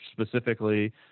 specifically